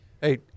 Hey